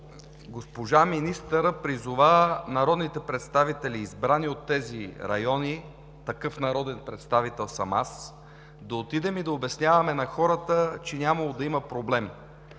Госпожа министърката призова народните представители, избрани от тези райони – такъв народен представител съм аз, да отидем и да обясняваме на хората, че нямало да има проблем.